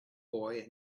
boy